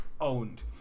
Owned